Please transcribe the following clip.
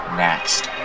next